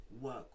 work